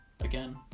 Again